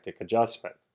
adjustment